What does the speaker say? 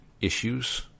Issues